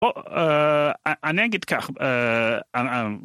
אה, אני אגיד כך